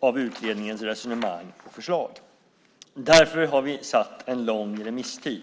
av utredningens resonemang och förslag. Därför har vi satt en lång remisstid.